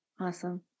Awesome